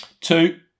Two